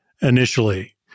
Initially